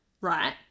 right